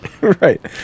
Right